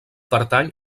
pertany